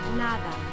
nada